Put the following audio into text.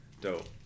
Dope